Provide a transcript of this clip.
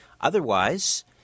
Otherwise